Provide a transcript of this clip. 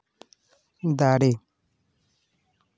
ᱫᱟᱨᱮ